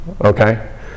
Okay